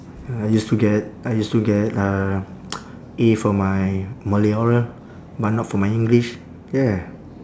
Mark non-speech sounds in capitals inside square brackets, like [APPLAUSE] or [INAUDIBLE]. I used to get I used to get uh [NOISE] A for my malay oral but not for my english yeah